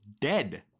dead